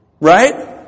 Right